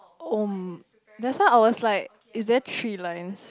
oh um that's why I was like is there three lines